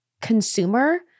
consumer